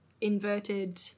inverted